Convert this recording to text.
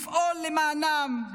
לפעול למענם,